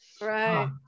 Right